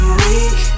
weak